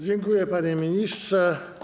Dziękuję, panie ministrze.